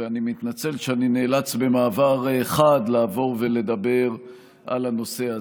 ואני מתנצל שאני נאלץ במעבר חד לעבור ולדבר על הנושא הזה.